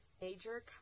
Major